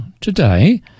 today